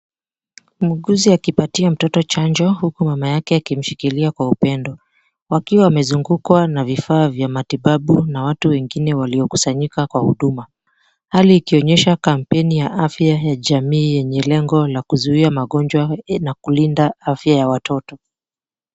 Muuguzi akipatia mtoto chanjo huku mama yake akimshikilia kwa upendo. Wakiwa wamezungukwa na vifaa vya matibabu na watu wengine waliokusanyika kwa huduma. Hali ikionyesa kampeni ya afya ya jamii yenye lengo la kuzuia magonjwa na kulinda afya ya watoto.